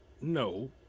No